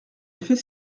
effet